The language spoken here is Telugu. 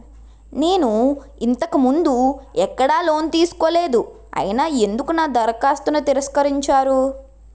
నేను ఇంతకు ముందు ఎక్కడ లోన్ తీసుకోలేదు అయినా ఎందుకు నా దరఖాస్తును తిరస్కరించారు?